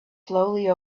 slowly